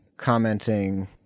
commenting